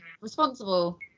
Responsible